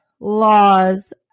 laws